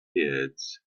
kids